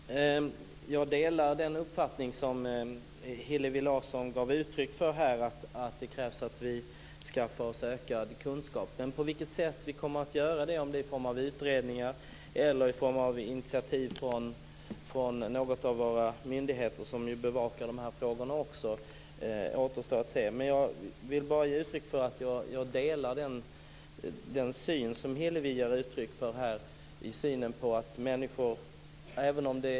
Fru talman! Jag delar den uppfattning som Hillevi Larsson gav uttryck för, att det krävs att vi skaffar oss ökad kunskap. Men på vilket sätt vi kommer att göra det, om det blir i form av utredningar eller i form av initiativ från någon av våra myndigheter som också bevakar dessa frågor, återstår att se. Jag vill bara säga att jag delar den syn som Hillevi ger uttryck för här.